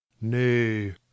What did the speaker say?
nay